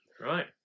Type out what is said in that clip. Right